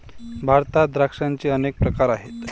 भारतात द्राक्षांचे अनेक प्रकार आहेत